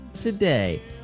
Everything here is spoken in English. today